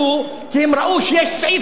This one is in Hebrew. כי הם ראו שיש סעיף רטרואקטיבי.